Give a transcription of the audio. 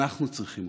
אנחנו צריכים.